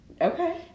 okay